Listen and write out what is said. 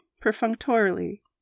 perfunctorily